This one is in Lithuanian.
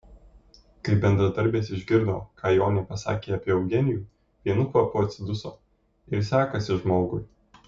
kai bendradarbės išgirdo ką jonė pasakė apie eugenijų vienu kvapu atsiduso ir sekasi žmogui